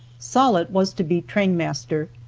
sollitt was to be trainmaster,